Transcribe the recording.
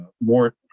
more